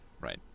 Right